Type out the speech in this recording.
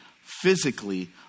physically